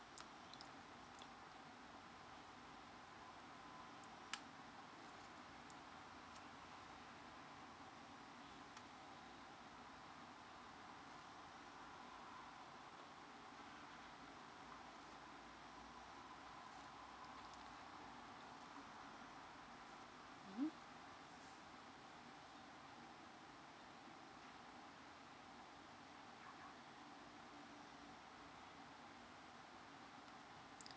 mmhmm